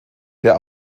der